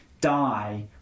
die